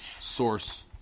source